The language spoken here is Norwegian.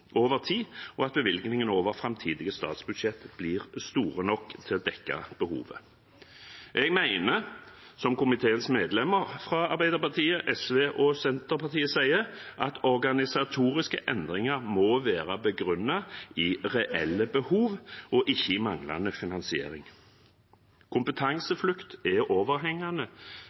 over tid, og at bevilgningene over framtidige statsbudsjetter blir store nok til å dekke behovet. Jeg mener – som komiteens medlemmer fra Arbeiderpartiet, SV og Senterpartiet sier – at organisatoriske endringer må være begrunnet i reelle behov og ikke i manglende finansiering. Kompetanseflukt er en overhengende